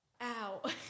Ow